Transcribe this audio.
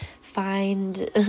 find